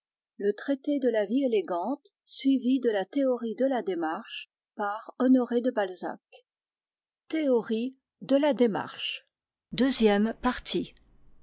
rrai traité de la vie élégante suivi de la théorie de la démarche traité de la vie élégante suivi de la théorie de la démarche